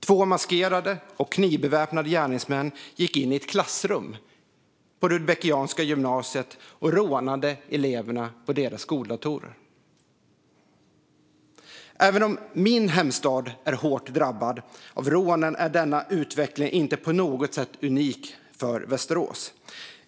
Två maskerade och knivbeväpnade gärningsmän gick in i ett klassrum på Rudbeckianska gymnasiet och rånade eleverna på deras skoldatorer. Även om min hemstad är hårt drabbad av rånen är denna utveckling inte på något sätt unik för Västerås.